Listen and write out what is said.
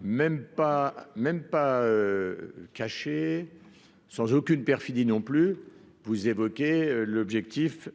même pas cacher sans aucune perfidie non plus, vous évoquez l'objectif